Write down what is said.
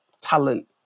talent